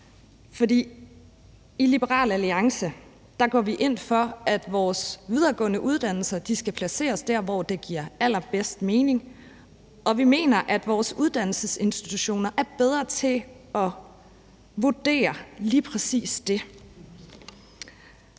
I Liberal Alliance går vi ind for, at vores videregående uddannelser skal placeres der, hvor det giver allerbedst mening, og vi mener, at vores uddannelsesinstitutioner er bedre til at vurdere lige præcis det.